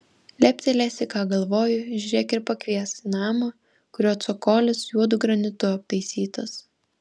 leptelėsi ką galvoji žiūrėk ir pakvies į namą kurio cokolis juodu granitu aptaisytas